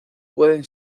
pueden